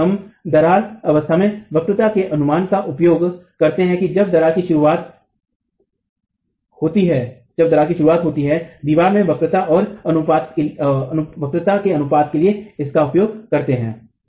इसलिए हम दरार अवस्था में वक्रता के अनुमान का उपयोग कर रहे हैं जब दरार की शुरूआत होती है दीवार में वक्रता के अनुपात के लिए इसका उपयोग करते है